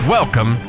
Welcome